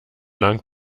lang